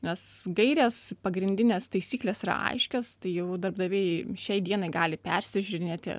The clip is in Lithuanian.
nes gairės pagrindinės taisyklės yra aiškios tai jau darbdaviai šiai dienai gali persižiūrinėti